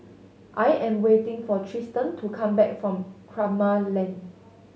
I am waiting for Tristen to come back from Kramat Lane